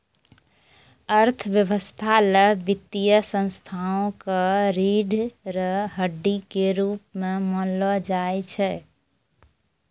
अर्थव्यवस्था ल वित्तीय संस्थाओं क रीढ़ र हड्डी के रूप म मानलो जाय छै